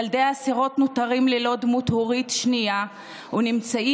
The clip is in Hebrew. ילדי האסירות נותרים ללא דמות הורית שנייה ונמצאים